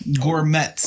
Gourmet